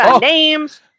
names